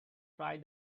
try